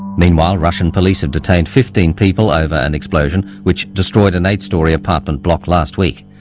meanwhile russian police have detained fifteen people over an explosion which destroyed an eight-storey apartment block last week.